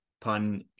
pun